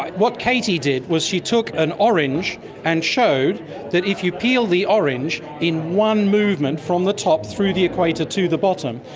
what katie did was she took an orange and showed that if you peel the orange in one movement from the top through the equator to the bottom,